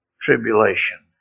tribulation